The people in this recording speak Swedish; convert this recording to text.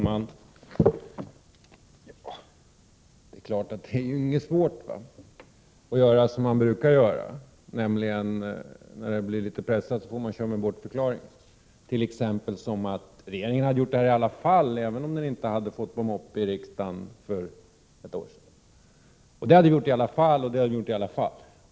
Herr talman! Lars Ulander gör som man brukar göra när man blir pressad, nämligen kör med bortförklaringar. Regeringen hade gjort så här i alla fall, även om den inte hade fått på moppe i riksdagen för ett år sedan, säger Lars Ulander, och det och det hade man gjort i alla fall.